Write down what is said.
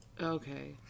Okay